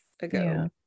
ago